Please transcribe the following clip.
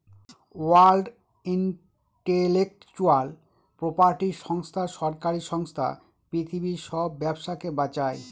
world intellectual property সংস্থা সরকারি সংস্থা পৃথিবীর সব ব্যবসাকে বাঁচায়